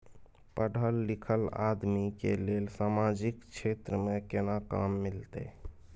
पढल लीखल आदमी के लेल सामाजिक क्षेत्र में केना काम मिलते?